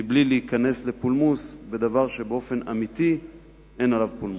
בלי להיכנס לפולמוס על דבר שבאופן אמיתי אין עליו פולמוס.